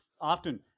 often